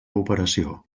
operació